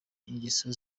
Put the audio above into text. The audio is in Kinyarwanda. ingeso